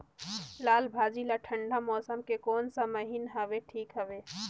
लालभाजी ला ठंडा मौसम के कोन सा महीन हवे ठीक हवे?